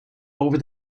over